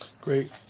great